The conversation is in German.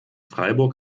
freiburg